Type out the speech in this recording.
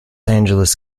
angeles